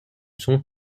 son